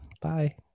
Bye